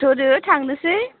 थुदो थांनोसै